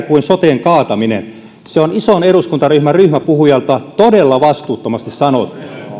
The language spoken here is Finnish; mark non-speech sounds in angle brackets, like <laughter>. <unintelligible> kuin soten kaataminen se on ison eduskuntaryhmän ryhmäpuhujalta todella vastuuttomasti sanottu